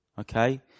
Okay